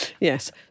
Yes